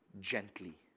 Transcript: gently